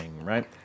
right